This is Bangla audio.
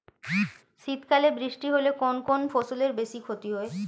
শীত কালে বৃষ্টি হলে কোন কোন ফসলের বেশি ক্ষতি হয়?